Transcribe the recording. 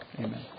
Amen